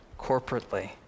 corporately